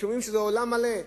ושומעים שזה עולם מלא,